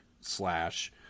Slash